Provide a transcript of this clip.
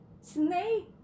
snake